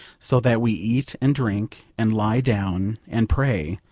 so that we eat and drink and lie down and pray,